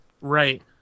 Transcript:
right